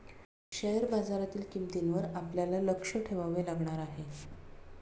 share बाजारातील किंमतींवर आपल्याला लक्ष ठेवावे लागणार आहे